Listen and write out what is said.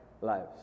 lives